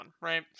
right